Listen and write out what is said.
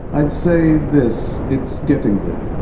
i'd say this it's getting there.